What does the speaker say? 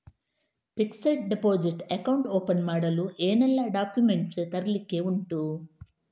Fixed deposit account open ಮಾಡಲು ಏನೆಲ್ಲಾ documents ತರ್ಲಿಕ್ಕೆ ಉಂಟು?